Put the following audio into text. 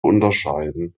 unterscheiden